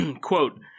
Quote